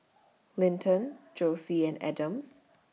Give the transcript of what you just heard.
Linton Josie and Adams